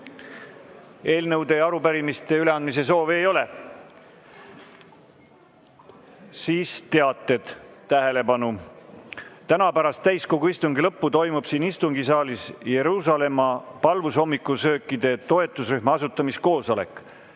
Eelnõude ja arupärimiste üleandmise soovi ei ole. Siis teated. Tähelepanu! Täna pärast täiskogu istungi lõppu toimub siin istungisaalis Jeruusalemma palvushommikusöökide toetusrühma asutamiskoosolek.